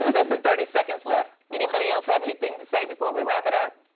less than thirty seconds left, anybody else have anything to say before we wrap it up?